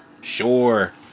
sure